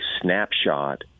snapshot